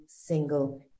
single